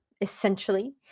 essentially